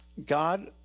God